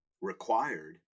required